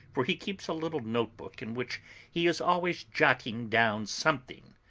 for he keeps a little note-book in which he is always jotting down something.